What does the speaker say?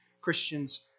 Christians